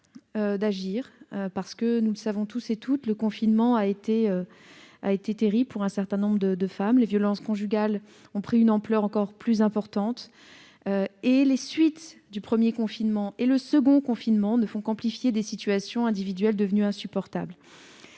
d'agir. Nous le savons toutes et tous, le premier confinement a été terrible pour un certain nombre de femmes. Les violences conjugales ont pris une ampleur encore plus importante. Les suites de ce premier confinement et le second confinement que nous vivons n'ont fait qu'amplifier des situations individuelles devenues insupportables.